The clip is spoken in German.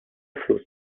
fluss